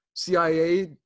CIA